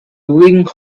ring